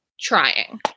trying